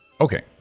Okay